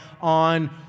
on